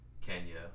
Kenya